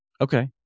Okay